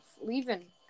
Leaving